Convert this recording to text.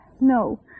No